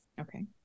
Okay